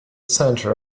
center